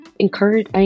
encourage